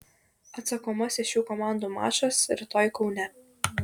atsakomasis šių komandų mačas rytoj kaune